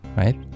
right